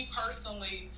personally